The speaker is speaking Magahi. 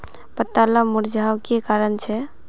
पत्ताला मुरझ्वार की कारण छे?